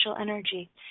energy